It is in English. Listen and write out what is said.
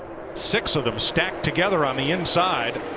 six of them stacked together on the inside.